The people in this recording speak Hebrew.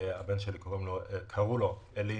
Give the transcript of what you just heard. לבן שלי קראו אלי.